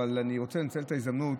אבל אני רוצה לנצל את ההזדמנות,